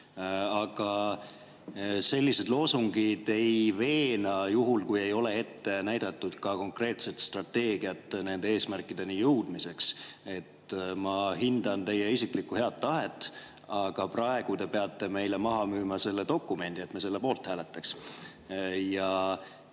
Aga sellised loosungid ei veena juhul, kui ei ole ette näidatud ka konkreetset strateegiat nende eesmärkideni jõudmiseks. Ma hindan teie isiklikku head tahet, aga praegu te peate meile maha müüma selle dokumendi, et me selle poolt hääletaks.